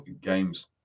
games